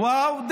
וא"ו,